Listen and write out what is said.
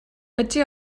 ydy